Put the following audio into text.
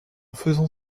faisant